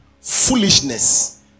foolishness